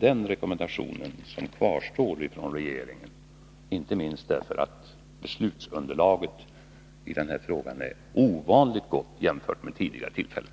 Den rekommendationen från regeringen kvarstår, inte minst därför att beslutsunderlaget i den frågan är ovanligt gott jämfört med hur det varit vid tidigare tillfällen.